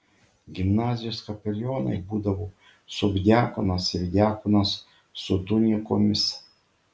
gimnazijos kapelionai būdavo subdiakonas ir diakonas su tunikomis